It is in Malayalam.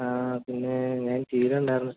ആ പിന്നേ ഞാൻ ടി വി കണ്ടിരുന്നു